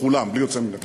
לכולם בלי יוצא מן הכלל.